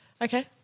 Okay